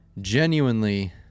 genuinely